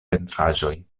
pentraĵoj